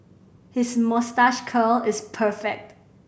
his moustache curl is perfect